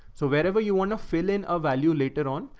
so wherever you want to fill in a value later on,